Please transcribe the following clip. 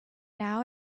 now